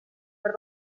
per